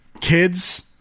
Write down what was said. kids